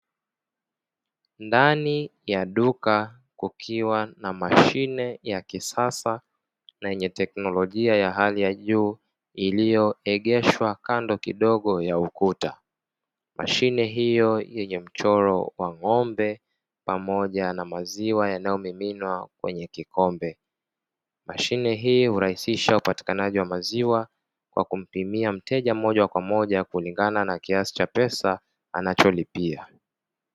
Ndani ya duka kukiwa na mashine ya kisasa yenye teknoligia ya hali ya juu iliyoegeshwa kando kidogo ya ukuta. Mashine hiyo yenye mchoro wa ng'ombe pamoja na maziwa yanayomiminwa kwenye kikombe. Mashine hiyo hurahisisha upatikanaji wa maziwa kwa kumpimia mteja mojamoja kulingana na kiasi cha pesa anacholipia.